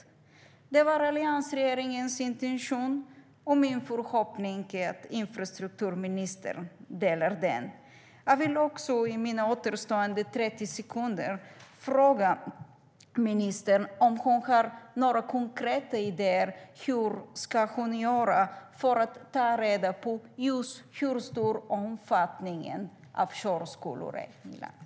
Det var alliansregeringens intention, och min förhoppning är att infrastrukturministern delar den.